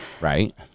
Right